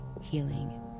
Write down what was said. healing